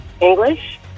English